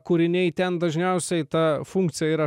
kūriniai ten dažniausiai ta funkcija yra